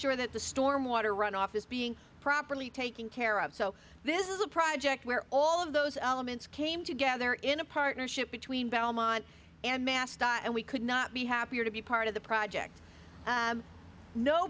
sure that the storm water runoff is being properly taken care of so this is a project where all of those elements came together in a partnership between belmont and mast and we could not be happier to be part of the project